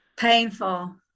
Painful